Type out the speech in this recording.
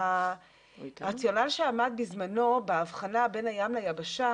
הרציונל שעמד בזמנו בהבחנה בין הים ליבשה